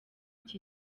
iki